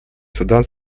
судан